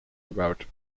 about